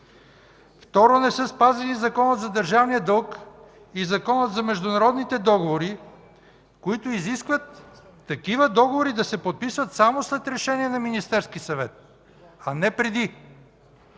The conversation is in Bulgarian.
Второ, не са спазени Законът за държавния дълг и Законът за международните договори, които изискват такива договори да се подписват само с решение на Министерския съвет, а не преди.